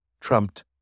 trumped